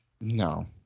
No